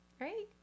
Right